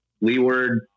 leeward